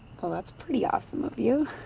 well, that's pretty awesome of you.